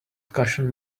cushion